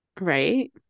Right